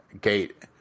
Gate